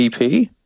EP